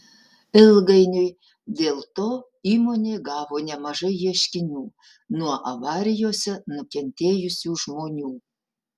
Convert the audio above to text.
ilgainiui dėl to įmonė gavo nemažai ieškinių nuo avarijose nukentėjusių žmonių